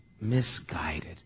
misguided